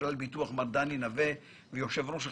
כלל ביטוח, מה דני נווה, ואת מנכ"ל החברה,